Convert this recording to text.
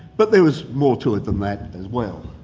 but there was more to it than that as well.